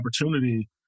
opportunity